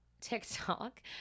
TikTok